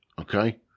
okay